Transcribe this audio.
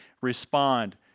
respond